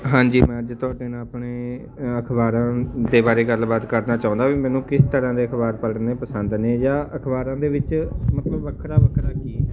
ਹਾਂਜੀ ਮੈਂ ਅੱਜ ਤੁਹਾਡੇ ਨਾਲ ਆਪਣੇ ਅਖ਼ਬਾਰਾਂ ਦੇ ਬਾਰੇ ਗੱਲਬਾਤ ਕਰਨਾ ਚਾਹੁੰਦਾ ਵੀ ਮੈਨੂੰ ਕਿਸ ਤਰ੍ਹਾਂ ਦੇ ਅਖ਼ਬਾਰ ਪੜ੍ਹਨੇ ਪਸੰਦ ਨੇ ਜਾਂ ਅਖ਼ਬਾਰਾਂ ਦੇ ਵਿੱਚ ਮਤਲਬ ਵੱਖਰਾ ਵੱਖਰਾ ਕੀ ਹੈ